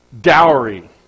dowry